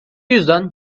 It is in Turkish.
yüzden